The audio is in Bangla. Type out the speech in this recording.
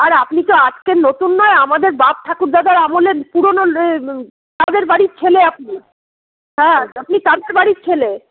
আর আপনি তো আজকে নতুন নয় আমাদের বাপ ঠাকুরদাদের আমলের পুরোনো তাদের বাড়ির ছেলে আপনি হ্যাঁ আপনি তাদের বাড়ির ছেলে